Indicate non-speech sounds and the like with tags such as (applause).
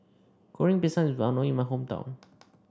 Goreng Pisang (unintelligible) well known in my hometown